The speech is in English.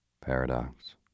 Paradox